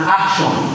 action